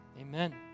Amen